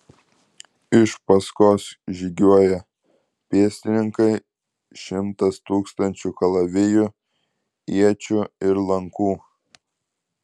iš paskos žygiuoja pėstininkai šimtas tūkstančių kalavijų iečių ir lankų